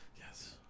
yes